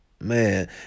Man